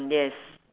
yes